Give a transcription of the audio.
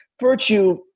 Virtue